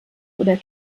oder